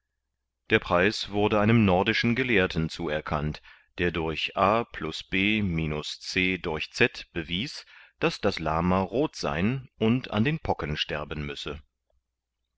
der preis wurde einem nordischen gelehrten zuerkannt der durch a b c z bewies daß das lama roth sein und an den pocken sterben müsse